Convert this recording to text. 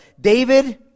David